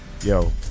yo